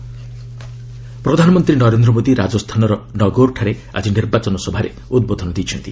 PM Nagaur ପ୍ରଧାନମନ୍ତ୍ରୀ ନରେନ୍ଦ୍ର ମୋଦି ରାଜସ୍ଥାନର ନଗଉର୍ଠାରେ ଆଜି ନିର୍ବାଚନ ସଭାରେ ଉଦ୍ବୋଧନ ଦେଇଛନ୍ତି